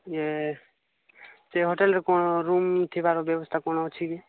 ଇଏ ସେ ହୋଟେଲ୍ରେ କ'ଣ ରୁମ୍ ଥିବାର ବ୍ୟବସ୍ଥା କ'ଣ ଅଛି କି